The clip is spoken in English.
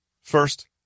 First